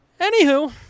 Anywho